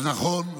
אז נכון,